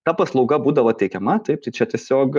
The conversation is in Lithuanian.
ta paslauga būdavo teikiama taip tai čia tiesiog